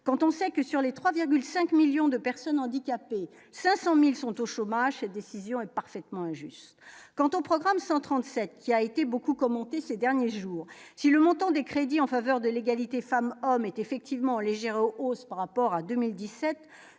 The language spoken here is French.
quand on sait que sur les 3,5 millions de personnes handicapées 500000 sont au chômage, cette décision est parfaitement injuste quant au programme 137 qui a été beaucoup commenté ces derniers jours, si le montant des crédits en faveur de l'égalité femmes-hommes est effectivement en légère hausse par rapport à 2017,